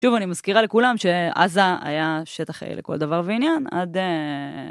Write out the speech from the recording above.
שוב, אני מזכירה לכולם שעזה היה שטח אההה לכל דבר ועניין, עד...